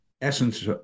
essence